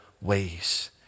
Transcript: ways